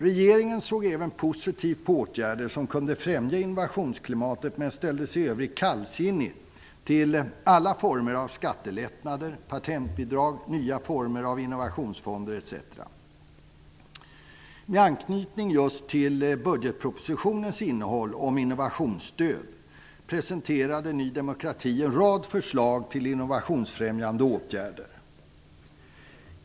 Regeringen såg även positivt på åtgärder som kunde främja innovationsklimatet men ställde sig i övrigt kallsinnig till alla former av skattelättnader, patentbidrag, nya former av innovationsfonder etc. Med anknytning till budgetpropositionens förslag om innovationsstöd presenterade Ny demokrati en rad förslag till innovationsfrämjande åtgärder.